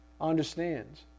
understands